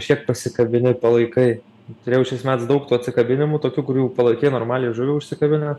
kažkiek pasikabini ir palaikai turėjau šiais metais daug tų atsikabinimų tokių kur jau palaikai normaliai žuvį užsikabinę